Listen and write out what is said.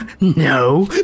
no